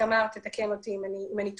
תמר תתקן אותי אם אני טועה,